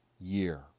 year